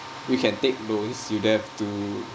we can take loans you don't have to